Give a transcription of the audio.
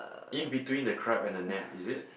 in between the crab and the net is it